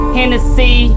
Hennessy